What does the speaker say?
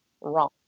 wrong